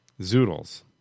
zoodles